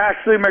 ashley